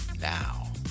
Now